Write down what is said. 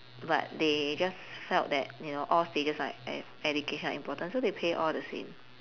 but they just felt that you know all stages like e~ education are important so they pay all the same